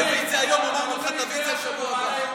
הבאת את זה היום, אמרנו לך שתביא את זה בשבוע הבא.